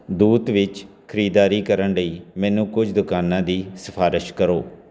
ਦੂਤ ਵਿੱਚ ਖਰੀਦਦਾਰੀ ਕਰਨ ਲਈ ਮੈਨੂੰ ਕੁਝ ਦੁਕਾਨਾਂ ਦੀ ਸਿਫ਼ਾਰਸ਼ ਕਰੋ